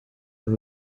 were